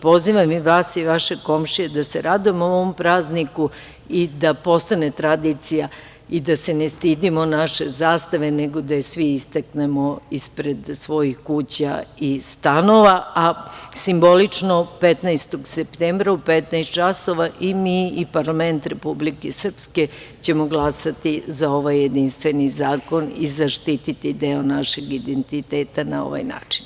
Pozivam i vas i vaše komšije da se radujemo ovom prazniku i da postane tradicija i da se ne stidimo naše zastave, nego da je svi istaknemo ispred svojih kuća i stanova, a simbolično 15. septembra, u 15.00 časova, i mi i parlament Republike Srpske ćemo glasati za ovaj jedinstveni zakon i zaštiti deo našeg identiteta na ovaj način.